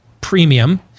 premium